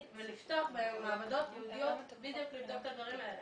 ולפתוח בהן מעבדות ייעודיות לדברים האלה.